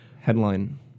headline